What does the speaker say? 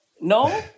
No